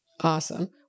Awesome